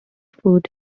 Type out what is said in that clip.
food